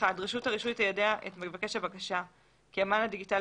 רשות הרישוי תיידע את מבקש הבקשה כי המען הדיגיטלי